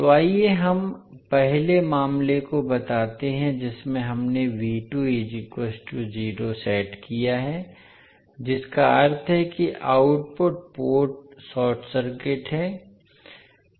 तो आइए हम पहले मामले को बताते हैं जिसमें हमने सेट किया है जिसका अर्थ है कि आउटपुट पोर्ट शार्ट सर्किट है